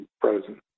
frozen